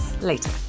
later